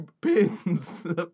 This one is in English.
pins